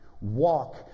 walk